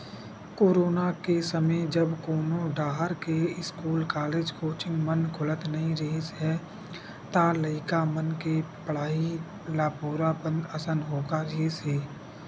corona के समे जब कोनो डाहर के इस्कूल, कॉलेज, कोचिंग मन खुलत नइ रिहिस हे त लइका मन के पड़हई ल पूरा बंद असन होगे रिहिस हे